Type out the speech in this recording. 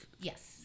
Yes